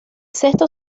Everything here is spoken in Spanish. cesto